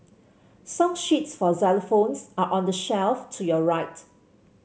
song sheets for xylophones are on the shelf to your right